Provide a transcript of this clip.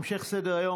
המשך סדר-היום,